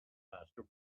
master